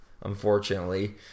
unfortunately